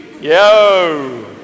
yo